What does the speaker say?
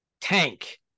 Tank